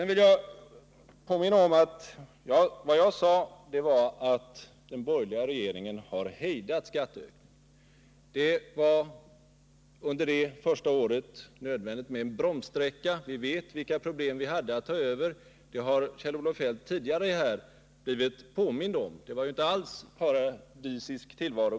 Låt mig påminna om att jag sade att den borgerliga regeringen hade hejdat utvecklingen mot ett högre skattetryck. Det var under det första regeringsåret nödvändigt med en bromssträcka. Kjell-Olof Feldt har redan tidigare blivit påmind om de stora problem som vi fick överta när vi trädde till. Det var ingen paradisisk tillvaro.